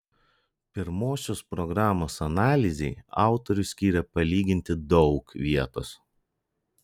pirmosios programos analizei autorius skiria palyginti daug vietos